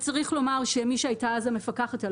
צריך לומר שמי שהייתה אז המפקחת על